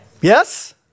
Yes